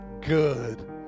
good